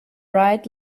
right